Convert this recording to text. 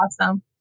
awesome